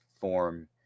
form